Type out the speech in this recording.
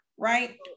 Right